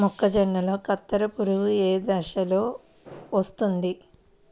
మొక్కజొన్నలో కత్తెర పురుగు ఏ దశలో వస్తుంది?